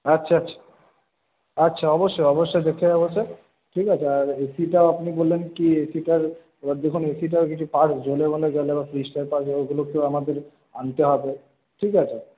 আচ্ছা আচ্ছা আচ্ছা অবশ্যই অবশ্যই দেখে আসবো বলতে ঠিক আছে আর এসিটাও আপনি বললেন কি এসিটার এবার দেখুন এসিটার কিছু পার্টস জ্বলে মলে গেলে বা ফ্রিজটার পার্ট ওইগুলো তো আমাদের আনতে হবে ঠিক আছে